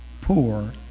Poor